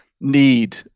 need